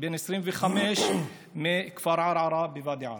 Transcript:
בן 25 מכפר ערערה בוואדי עארה.